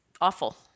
awful